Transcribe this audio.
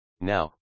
Now